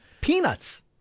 peanuts